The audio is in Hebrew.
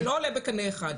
זה לא עולה בקנה אחד.